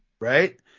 right